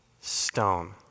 stone